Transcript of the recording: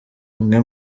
umwe